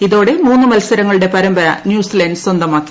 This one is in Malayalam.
ഇതോടെ മൂന്ന് മത്സരങ്ങളുടെ പരമ്പര ന്യൂസിലാൻഡ് സ്വന്തമാക്കി